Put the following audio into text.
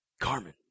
Carmen